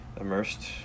immersed